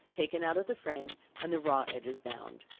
taken out of the frame and the raw edges bound.